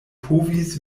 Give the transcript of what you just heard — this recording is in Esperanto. povis